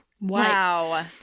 Wow